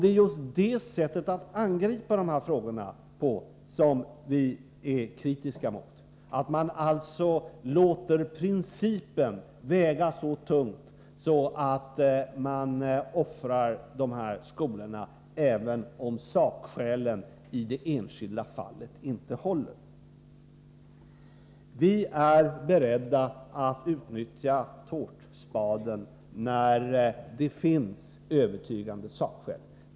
Det är just det sättet att angripa dessa frågor på som vi är kritiska mot. Man låter alltså principen väga så tungt att man offrar dessa skolor, trots att sakskälen i det enskilda fallet inte håller. Vi är beredda att utnyttja tårtspaden när det finns övertygande sakskäl.